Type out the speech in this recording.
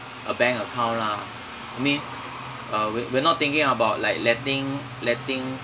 a bank account lah I mean uh we we're not thinking about like letting letting